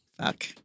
fuck